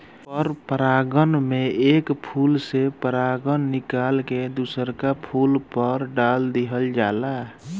पर परागण में एक फूल के परागण निकल के दुसरका फूल पर दाल दीहल जाला